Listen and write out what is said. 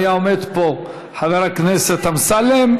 אם היה עומד פה חבר הכנסת אמסלם,